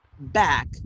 back